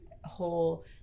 whole